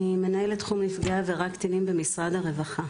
אני מנהל תחום נפגעי עבירה קטינים במשרד הרווחה.